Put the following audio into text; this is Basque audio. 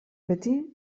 beti